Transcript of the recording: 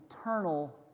eternal